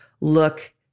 look